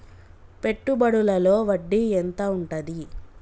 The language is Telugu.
పెట్టుబడుల లో వడ్డీ ఎంత ఉంటది?